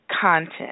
content